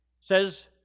says